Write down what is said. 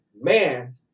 man